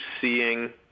seeing